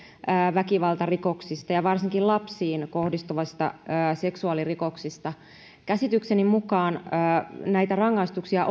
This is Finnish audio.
väkivaltarikoksista ja varsinkin lapsiin kohdistuvista seksuaalirikoksista käsitykseni mukaan näitä rangaistuksia